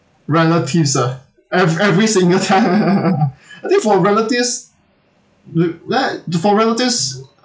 relatives ah ev~ every single time I think for relatives you like for relatives